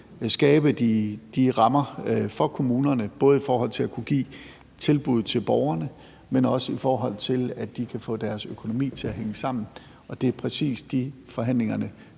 skabe de rammer for kommunerne, både i forhold til at kunne give tilbud til borgerne, men også i forhold til, at de kan få deres økonomi til at hænge sammen. Det er præcis det, forhandlingerne